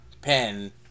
pen